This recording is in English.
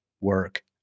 work